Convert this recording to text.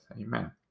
amen